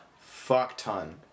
fuck-ton